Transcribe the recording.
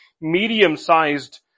medium-sized